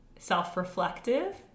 self-reflective